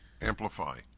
amplify